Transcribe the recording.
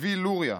צבי לוריא,